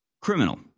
criminal